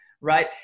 Right